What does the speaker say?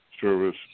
service